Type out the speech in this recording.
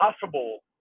possible